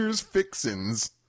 Fixins